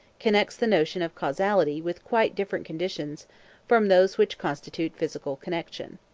connects the notion of causality with quite different conditions from those which constitute physical connection.